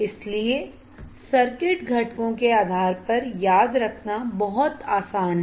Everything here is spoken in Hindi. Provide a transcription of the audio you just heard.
इसलिए सर्किट घटकों के आधार पर याद रखना बहुत आसान है